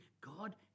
God